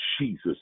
Jesus